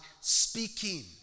speaking